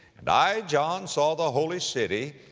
and i john saw the holy city,